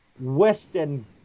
western